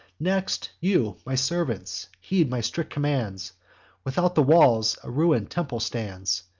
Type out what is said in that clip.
next, you, my servants, heed my strict commands without the walls a ruin'd temple stands,